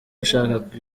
ushaka